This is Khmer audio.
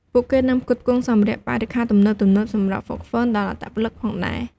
ពួកគេក៏នឹងផ្គត់ផ្គង់សម្ភារៈបរិក្ខារទំនើបៗសម្រាប់ហ្វឹកហ្វឺនដល់អត្តពលិកផងដែរ។